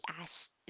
asked